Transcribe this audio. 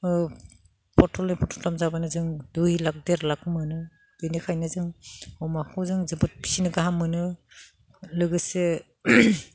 फथलनै फथलथाम जाबानो जों दुइ लाख देर लाख मोनो बेनिखायनो जों अमाखौ जों जोबोद फिसिनो गाहाम मोनो लोगोसे